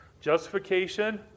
Justification